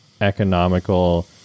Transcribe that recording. economical